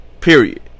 period